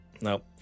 nope